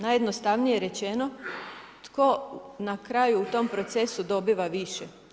Najjednostavnije rečeno, tko na kraju u tom procesu dobiva više?